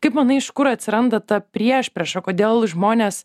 kaip manai iš kur atsiranda ta priešprieša kodėl žmonės